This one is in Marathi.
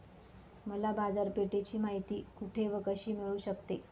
मला बाजारपेठेची माहिती कुठे व कशी मिळू शकते?